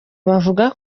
bavuga